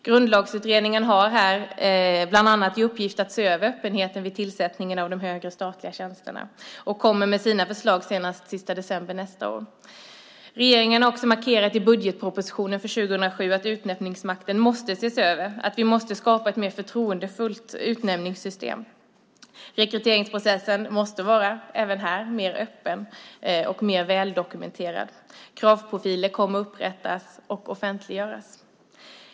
Grundlagsutredningen har bland annat i uppgift att se över öppenheten vid tillsättningen av de högre statliga tjänsterna. Den kommer med sina förslag senast den sista december nästa år. Regeringen har också markerat i budgetpropositionen för 2007 att utnämningsmakten måste ses över. Vi måste skapa ett mer förtroendefullt utnämningssystem. Rekryteringsprocessen måste även här vara öppnare och mer väldokumenterad. Kravprofiler kommer att upprättas och offentliggöras.